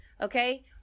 Okay